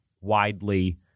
widely